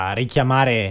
richiamare